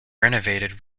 renovated